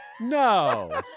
No